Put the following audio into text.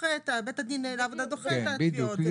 בית הדין לעבודה דוחה את התביעות.